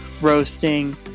roasting